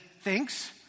thinks